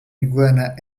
iguana